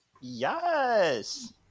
Yes